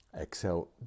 Exhale